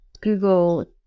Google